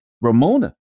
Ramona